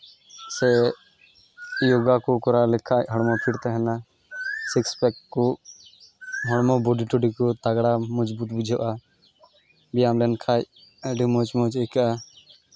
ᱥᱮ ᱭᱳᱜᱟ ᱠᱚ ᱠᱚᱨᱟᱣ ᱞᱮᱠᱷᱟᱡ ᱦᱚᱲᱢᱚ ᱯᱷᱤᱴ ᱛᱟᱦᱮᱱᱟ ᱥᱤᱠᱥ ᱯᱮᱠ ᱠᱚ ᱦᱚᱲᱢᱚ ᱵᱚᱰᱤ ᱴᱚᱰᱤ ᱠᱚ ᱛᱟᱸᱜᱽᱲᱟ ᱢᱚᱡᱽ ᱵᱩᱛ ᱵᱩᱡᱷᱟᱹᱜᱼᱟ ᱵᱮᱭᱟᱢ ᱞᱮᱱᱠᱷᱟᱡ ᱟᱹᱰᱤ ᱢᱚᱡᱽ ᱢᱚᱡᱽ ᱟᱹᱭᱠᱟᱹᱜᱼᱟ